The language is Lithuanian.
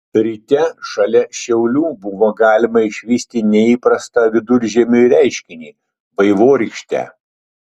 ryte šalia šiaulių buvo galima išvysti neįprastą viduržiemiui reiškinį vaivorykštę